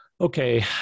okay